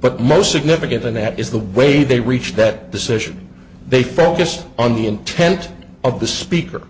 but most significant than that is the way they reached that decision they focused on the intent of the speaker